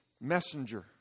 messenger